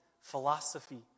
philosophy